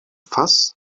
fass